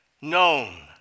known